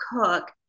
cook